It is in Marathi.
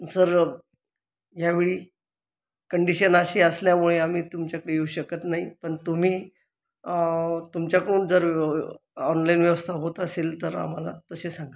सर ह्यावेळी कंडीशन अशी असल्यामुळे आम्ही तुमच्याकडे येऊ शकत नाही पण तुम्ही तुमच्याकडून जर ऑनलाईन व्यवस्था होत असेल तर आम्हाला तसे सांगा